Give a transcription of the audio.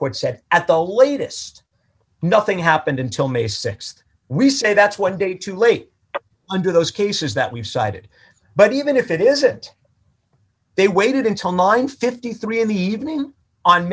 court said at the latest nothing happened until may th we say that's one day too late under those cases that we've cited but even if it is it they waited until nine fifty three in the evening on